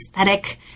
aesthetic